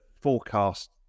forecast